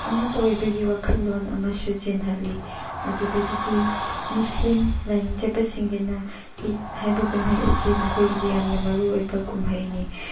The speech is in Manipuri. ꯑꯃꯠꯇ ꯑꯣꯏꯕꯒꯤ ꯋꯥꯈꯜꯂꯣꯟ ꯑꯃꯁꯨ ꯆꯦꯜꯍꯜꯂꯤ ꯑꯗꯨꯗꯒꯤꯗꯤ ꯃꯨꯁꯂꯤꯝ ꯂꯥꯏꯅꯤꯡ ꯆꯠꯄꯁꯤꯡꯒꯤꯅ ꯏꯠ ꯍꯥꯏꯕ ꯀꯨꯝꯍꯩ ꯑꯁꯤ ꯃꯈꯣꯏꯒꯤꯗꯤ ꯌꯥꯝꯅ ꯃꯔꯨꯑꯣꯏꯕ ꯀꯨꯝꯍꯩꯅꯤ